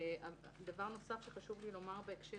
דבר נוסף שחשוב לי לומר בהקשר